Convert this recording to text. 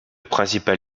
principal